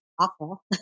awful